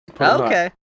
Okay